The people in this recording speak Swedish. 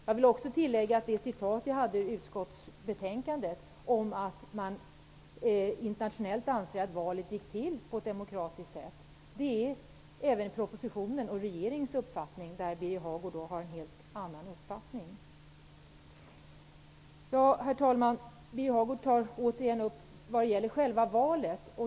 Jag vill också tillägga att det jag citerade ur utskottsbetänkandet om att man internationellt anser att valet gick till på ett demokratiskt sätt även är regeringens uppfattning i propositionen. Birger Hagård har en helt annan uppfattning där. Herr talman! Birger Hagård tar återigen upp själva valet.